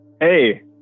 hey